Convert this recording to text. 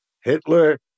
Hitler